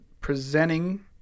presenting